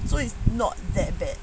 so it's not that bad